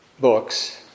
books